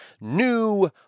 New